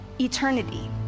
eternity